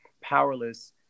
powerless